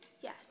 Yes